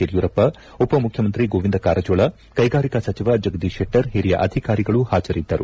ಯಡಿಯೂರಪ್ಪ ಉಪಮುಖ್ಯಮಂತ್ರಿ ಗೋವಿಂದ ಕಾರಜೋಳ ಕೈಗಾರಿಕಾ ಸಚಿವ ಜಗದೀಶ್ ಶೆಟ್ಟರ್ ಓರಿಯ ಅಧಿಕಾರಿಗಳು ಹಾಜರಿದ್ದರು